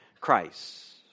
Christ